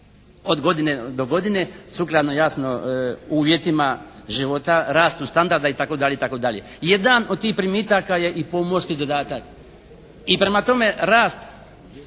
od godine do godine sukladno jasno uvjetima života, rastu standarda itd. itd. Jedan od tih primitaka je i pomorski dodatak i prema tome rast,